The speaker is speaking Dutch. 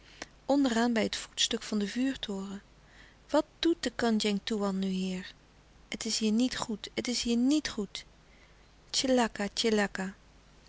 onderaan bij het voetstuk van den vuurtoren wat doet de kandjeng toean nu hier het is hier niet goed het is hier niet goed